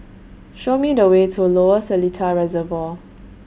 Show Me The Way to Lower Seletar Reservoir